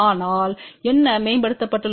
ஆனால் என்ன மேம்படுத்தப்பட்டுள்ளது